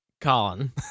Colin